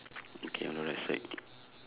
okay on the right side